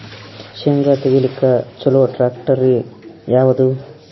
ಶೇಂಗಾ ತೆಗಿಲಿಕ್ಕ ಚಲೋ ಟ್ಯಾಕ್ಟರಿ ಯಾವಾದು?